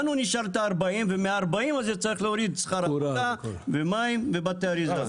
לנו נשאר את ה-40 ומה-40 הזה צריך להוריד שכר עבודה ומים ובתי אריזה.